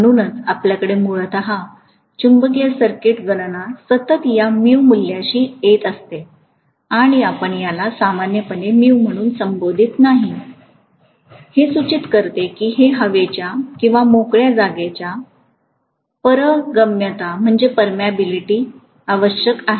म्हणूनच आपल्याकडे मूलत चुंबकीय सर्किट गणना सतत या mu मूल्याशी येत असते आणि आपण याला सामान्यपणे mu म्हणून संबोधत नाही हे सूचित करते की हे हवेच्या किंवा मोकळ्या जागेची पारगम्यता आवश्यक आहे